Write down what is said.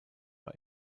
war